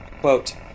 quote